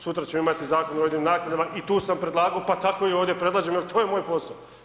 Sutra ćemo imati Zakon o rodiljnim naknadama i tu sam predlagao pa tako i ovdje predlažem jer to je moj posao.